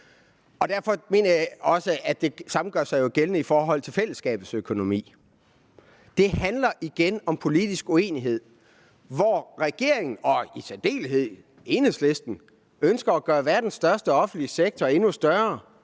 og jeg mener, at det samme gør sig gældende i forhold til fællesskabets økonomi. Det handler igen om politisk uenighed. Regeringen og i særdeleshed Enhedslisten ønsker at gøre verdens største offentlige sektor endnu større,